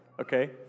okay